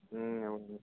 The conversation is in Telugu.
అవును